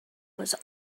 was